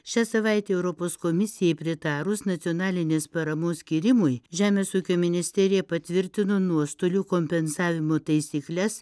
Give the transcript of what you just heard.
šią savaitę europos komisijai pritarus nacionalinės paramos skyrimui žemės ūkio ministerija patvirtino nuostolių kompensavimo taisykles